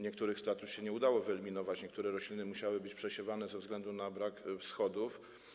Niektórych strat już się nie udało wyeliminować, niektóre rośliny musiały być przesiewane ze względu na brak wschodów.